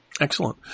Excellent